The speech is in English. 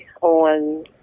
on